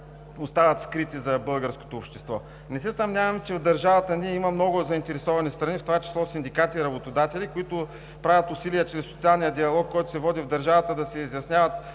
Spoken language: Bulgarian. остават скрити за българското общество. Не се съмнявам, че в държавата ни има много заинтересовани страни, в това число синдикати и работодатели, които правят усилия чрез социалния диалог, който се води в държавата, да си изясняват